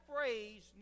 phrase